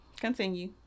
Continue